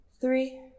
three